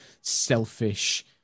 selfish